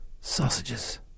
sausages